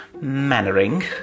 Mannering